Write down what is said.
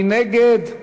מי נגד?